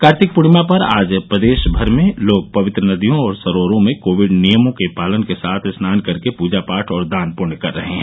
कार्तिक पूर्णिमा पर आज प्रदेश भर में लोग पवित्र नदियों और सरोवरो में कोविड नियमों के पालन के साथ स्नान कर के पूजा पाठ और दान पृण्य कर रहे हैं